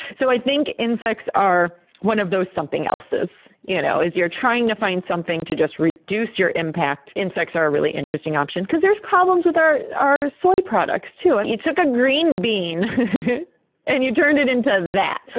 so i think insects are one of those something elses. you know you're trying to find something to just reduce your impact. insects are a really interesting option, because there's problems with our our soy products, too. you took a green bean and you turned it into that.